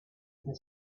his